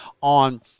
on